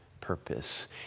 purpose